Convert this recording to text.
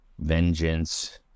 vengeance